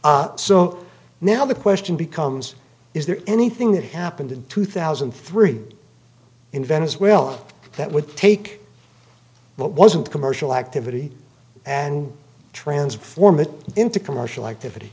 so now the question becomes is there anything that happened in two thousand and three in venezuela that would take what wasn't commercial activity and transform it into commercial activity